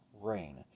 rain